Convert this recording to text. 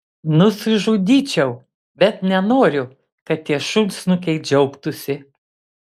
nusižudyčiau bet nenoriu kad tie šunsnukiai džiaugtųsi